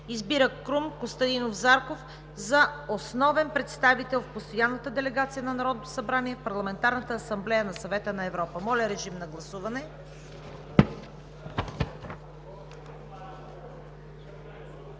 Избира Крум Костадинов Зарков за основен представител на Постоянната делегация на Народното събрание в Парламентарната асамблея на Съвета на Европа.“ Моля, режим на гласуване.